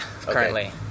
currently